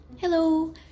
Hello